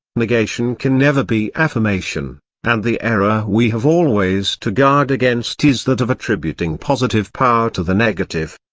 negation can never be affirmation and the error we have always to guard against is that of attributing positive power to the negative.